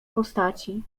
postaci